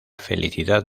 felicidad